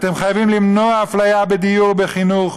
אתם חייבים למנוע אפליה בדיור ובחינוך,